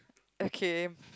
okay